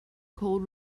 called